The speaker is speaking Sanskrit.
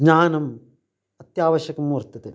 ज्ञानम् अत्यावश्यकं वर्तते